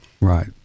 Right